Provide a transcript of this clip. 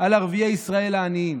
על ערביי ישראל העניים,